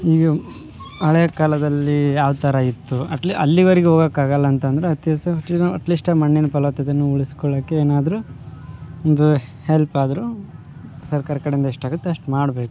ಈಗ ಹಳೆ ಕಾಲದಲ್ಲಿ ಯಾವ್ತರ ಇತ್ತು ಅಟ್ಲಿ ಅಲ್ಲಿವರೆಗು ಹೋಗಕಾಗಲ್ಲ ಅಂತಂದರೆ ಅತಿ ಅಟ್ಲಿಸ್ಟ್ ಮಣ್ಣಿನ ಫಲವತ್ತತೆಯನ್ನು ಉಳಿಸ್ಕೊಳ್ಳೋಕ್ಕೆ ಏನಾದ್ರೂ ಒಂದು ಹೆಲ್ಪಾದ್ರು ಸರ್ಕಾರ ಕಡೆಯಿಂದ ಎಷ್ಟಾಗುತ್ತೇ ಅಷ್ಟು ಮಾಡಬೇಕು